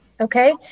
Okay